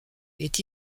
est